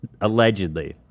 Allegedly